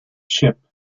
ship